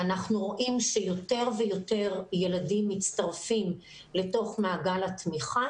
אנחנו רואים שיותר ויותר ילדים מצטרפים לתוך מעגל התמיכה.